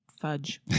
fudge